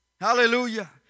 Hallelujah